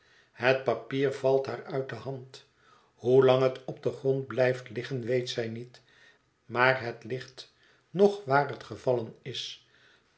het papier valt haar uit de hand hoelang het op den grond blijft liggen weet zij niet maar het ligt nog waar het gevallen is